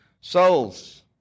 souls